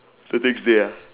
the next day ah